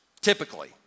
typically